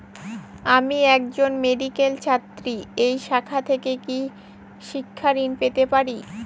আমি একজন মেডিক্যাল ছাত্রী এই শাখা থেকে কি শিক্ষাঋণ পেতে পারি?